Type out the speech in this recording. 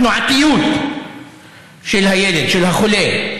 התנועתיות של הילד, של החולה,